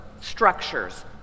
structures